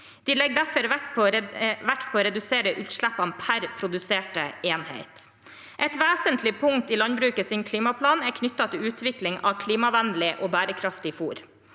De legger derfor vekt på å redusere utslippene per produserte enhet. Et vesentlig punkt i landbrukets klimaplan er knyttet til utvikling av klimavennlig og bærekraftig fôr.